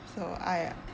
so I